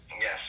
Yes